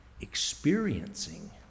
experiencing